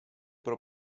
pro